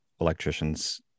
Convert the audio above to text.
electricians